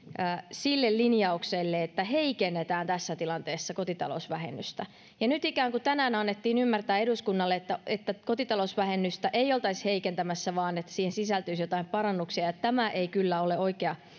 sille linjaukselle että heikennetään tässä tilanteessa kotitalousvähennystä ja nyt tänään ikään kuin annettiin ymmärtää eduskunnalle että että kotitalousvähennystä ei oltaisi heikentämässä vaan että siihen sisältyisi jotain parannuksia tämä ei kyllä ole oikea